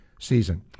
season